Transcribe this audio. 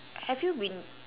have you been